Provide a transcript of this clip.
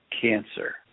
cancer